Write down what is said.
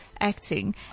acting